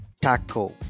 Taco